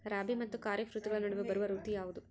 ರಾಬಿ ಮತ್ತು ಖಾರೇಫ್ ಋತುಗಳ ನಡುವೆ ಬರುವ ಋತು ಯಾವುದು?